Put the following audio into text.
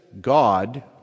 God